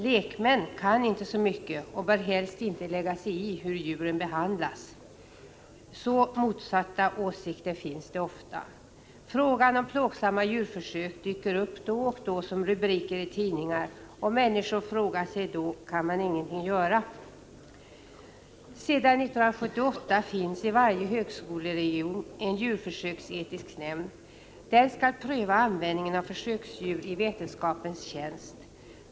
Lekmän kan inte så mycket och bör helst inte lägga sig i hur djuren behandlas. Sådana åsikter framförs ofta. Frågan om plågsamma djurförsök dyker upp då och då i tidningarnas rubriker, och människor frågar sig om man ingenting kan göra. Sedan 1978 finns i varje högskoleregion en djurförsöksetisk nämnd. Den skall pröva användningen av försöksdjur i vetenskapens tjänst.